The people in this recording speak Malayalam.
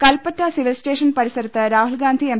കൽപ്പറ്റ സിവിൽസ്റ്റേഷൻ പരി സരത്ത് രാഹുൽഗാന്ധി എം